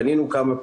פנינו כמה פעמים.